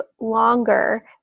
longer